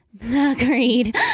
agreed